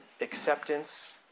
acceptance